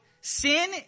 sin